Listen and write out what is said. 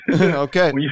Okay